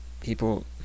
people